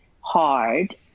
hard